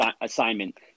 assignment